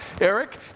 Eric